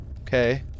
Okay